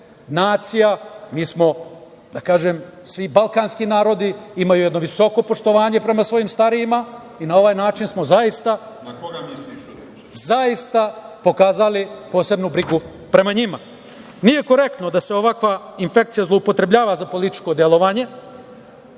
nacija, mi smo, da kažem, svi balkanski narodi imaju jedno visoko poštovanje prema svojim starijima i na ovaj način smo zaista pokazali posebnu brigu prema njima. Nije korektno da se ovakva infekcija zloupotrebljava za političko delovanje.